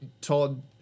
Todd